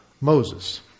Moses